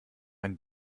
ein